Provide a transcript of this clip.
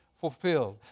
fulfilled